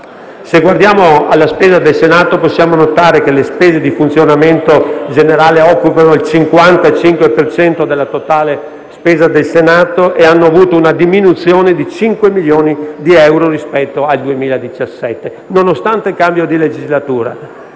Se guardiamo alla spesa del Senato, possiamo notare che le spese di funzionamento generale occupano il 55 per cento del totale della spesa del Senato, con una diminuzione di 5 milioni rispetto al 2017, nonostante il cambio di legislatura.